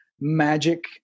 magic